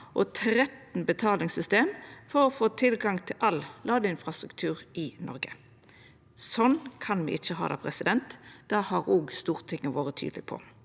og 13 betalingssystem for å få tilgang til all ladeinfrastruktur i Noreg. Slik kan me ikkje ha det, det har òg Stortinget vore tydeleg på.